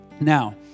Now